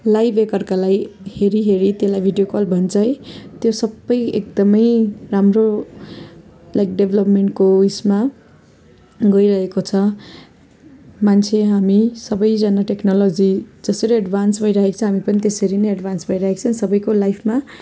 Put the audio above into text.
live एक अर्कालाई हेरी हेरी त्यसलाई भिडियो कल भन्छ है त्यो सबै एकदमै राम्रो लाइक डेभलपमेन्टको उसमा गइरहेको छ मान्छे हामी सबैजाना टेक्नोलोजी जसरी एड्भान्स भइरहेको छ हामी पनि त्यसरी नै एड्भान्स भइरहेको छ सबैको लाइफमा